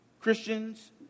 Christians